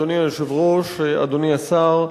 אדוני היושב-ראש, אדוני השר,